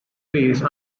pace